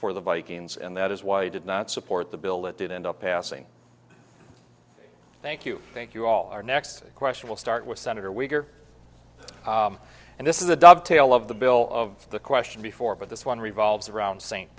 for the vikings and that is why i did not support the bill that did end up passing thank you thank you all our next question will start with senator wicker and this is a dovetail of the bill of the question before but this one revolves around s